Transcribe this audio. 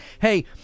Hey